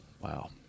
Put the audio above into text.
Wow